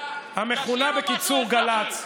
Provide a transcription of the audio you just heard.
המכונה בקיצור גל"צ,